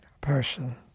person